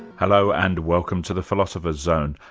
hello, and welcome to the philosopher's zone.